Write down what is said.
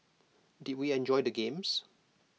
did we enjoy the games